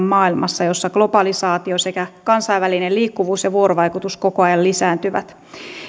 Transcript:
maailmassa jossa globalisaatio sekä kansainvälinen liikkuvuus ja vuorovaikutus koko ajan lisääntyvät